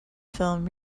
film